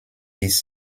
dies